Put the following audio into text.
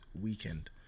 weekend